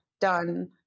done